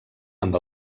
amb